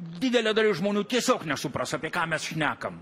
didelė dalis žmonių tiesiog nesupras apie ką mes šnekam